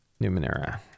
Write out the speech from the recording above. Numenera